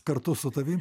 kartu su tavim